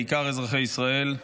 בעיקר אזרחי ישראל,